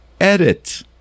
edit